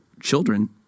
children